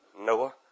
Noah